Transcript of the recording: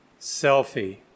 Selfie